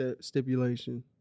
stipulation